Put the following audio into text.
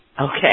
Okay